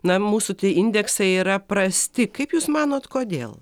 na mūsų tie indeksai yra prasti kaip jūs manot kodėl